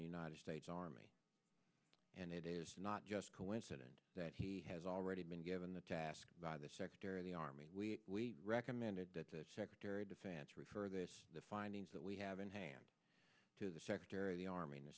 the united states army and it is not just coincidence that he has already been given the task by the secretary of the army we recommended that secretary of defense refer the findings that we have in hand to the secretary of the army and the